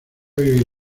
vivir